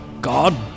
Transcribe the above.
God